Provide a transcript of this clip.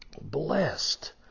blessed